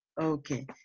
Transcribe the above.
Okay